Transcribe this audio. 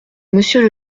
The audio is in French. monsieur